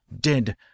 dead